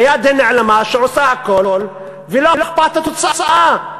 היד הנעלמה שעושה הכול, ולא אכפת התוצאה.